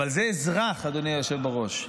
אבל זה אזרח, אדוני היושב בראש.